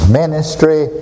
ministry